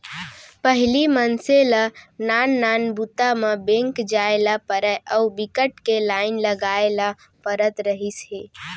पहिली मनसे ल नान नान बूता म बेंक जाए ल परय अउ बिकट के लाईन लगाए ल परत रहिस हे